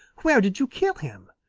where did you kill him?